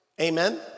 Amen